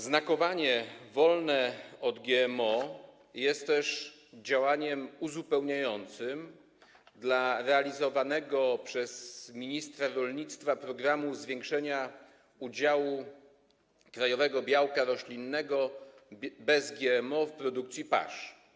Oznakowanie „wolne od GMO” jest też działaniem uzupełniającym dla realizowanego przez ministra rolnictwa programu zwiększenia udziału krajowego białka roślinnego bez GMO w produkcji pasz.